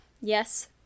yes